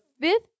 fifth